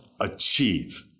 achieve